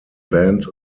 band